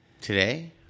Today